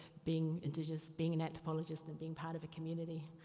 being indigenous, being an anthropologist and being part of a community.